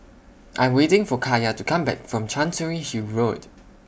I Am waiting For Kaiya to Come Back from Chancery Hill Road